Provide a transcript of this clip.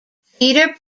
feeder